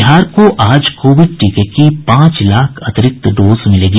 बिहार को आज कोविड टीके की पांच लाख अतिरिक्त डोज मिलेगी